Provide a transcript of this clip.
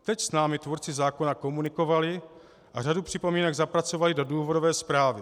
Teď s námi tvůrci zákona komunikovali a řadu připomínek zapracovali do důvodové zprávy.